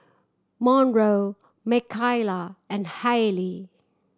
Monroe Mckayla and Hayley